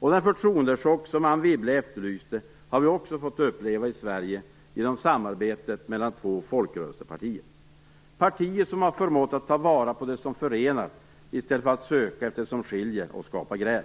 Den förtroendechock som Anne Wibble efterlyste har vi också fått uppleva i Sverige genom samarbetet mellan två folkrörelsepartier. Partier som förmått att ta vara på det som förenar, i stället för att söka efter det som skiljer och skapar gräl.